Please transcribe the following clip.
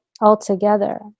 altogether